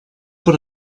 per